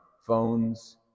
phones